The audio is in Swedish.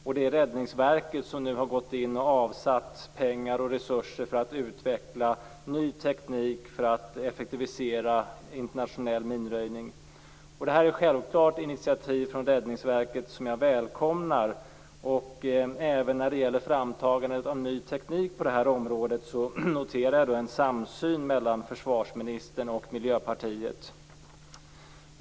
Och det är Räddningsverket som nu har gått in och avsatt pengar och resurser för att utveckla ny teknik för att effektivisera internationell minröjning. Det här är självklart initiativ från Räddningsverket som jag välkomnar. Även när det gäller framtagandet av ny teknik på det här området noterar jag en samsyn mellan försvarsministern och Miljöpartiet.